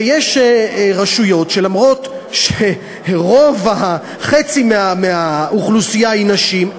ויש רשויות שאף שחצי מהאוכלוסייה בהן היא נשים,